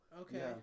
okay